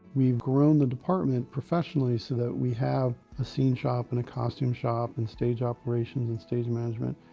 we've grown the department professionally so that we have a scene shop and a costume shop and stage operations and stage management.